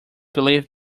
believe